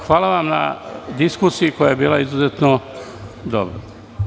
Hvala vam na diskusiji koja je bila izuzetno dobra.